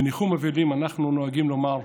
בניחום אבלים אנחנו נוהגים לומר: